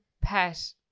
pet